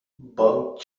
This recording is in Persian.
بانک